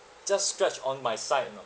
just scratch on my side you know